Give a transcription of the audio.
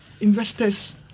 Investors